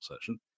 session